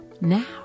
Now